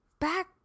back